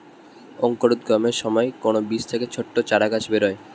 অঙ্কুরোদ্গমের সময় কোন বীজ থেকে ছোট চারাগাছ বেরোয়